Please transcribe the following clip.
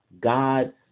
God